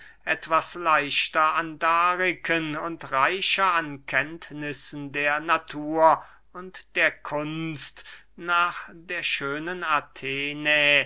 etwas leichter an dariken und reicher an kenntnissen der natur und der kunst nach der schönen athenä